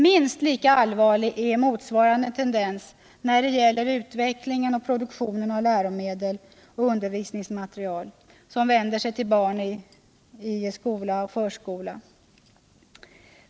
Minst lika allvarlig är motsvarande tendens när det gäller utveckling och produktion av läromedel och undervisningsmaterial som vänder sig till barn och ungdom i förskola och ungdomsskola.